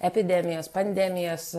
epidemijas pandemijas